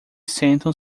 sentam